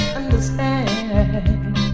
understand